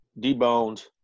deboned